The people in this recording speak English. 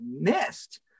missed